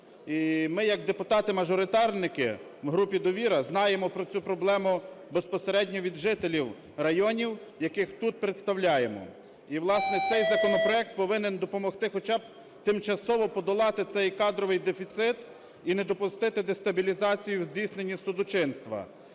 ми як депутати-мажоритарники в групі "Довіра" знаємо про цю проблему безпосередньо від жителів районів, яких тут представляємо. І, власне, цей законопроект повинен допомогти хоча б тимчасово подолати цей кадровий дефіцит і не допустити дестабілізацію в здійснені судочинства.